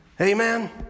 Amen